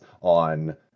on